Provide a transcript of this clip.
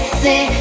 say